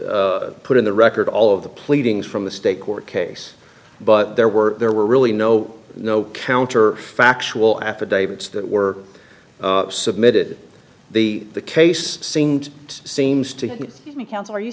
put in the record all of the pleadings from the state court case but there were there were really no no counter factual affidavits that were submitted the the case seemed it seems to me counsel are you